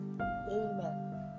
Amen